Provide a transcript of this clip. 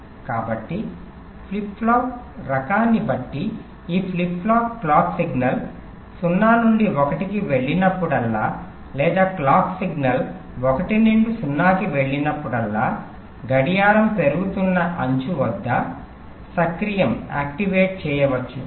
కాబట్టి flip flop రకాన్ని బట్టి ఈ ఫ్లిప్ ఫ్లాప్ క్లాక్ సిగ్నల్ 0 నుండి 1 కి వెళ్ళినప్పుడల్లా లేదా క్లాక్ సిగ్నల్ 1 నుండి 0 కి వెళ్ళినప్పుడల్లా గడియారం పెరుగుతున్న అంచు వద్ద సక్రియం చేయవచ్చు